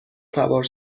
سوار